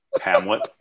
Hamlet